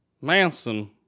Manson